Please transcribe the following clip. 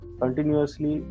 continuously